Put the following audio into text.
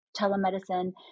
telemedicine